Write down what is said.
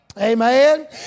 Amen